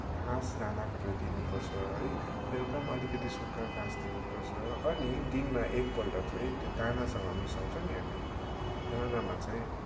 घाँस दानाहरू दिनुपर्छ है बेलुका पनि अलिकति सुक्खा घाँस अनि दिनमा एकपल्ट चाहिँ त्यो दानासँग मिसाउँछौ नि हामी दानामा चाहिँ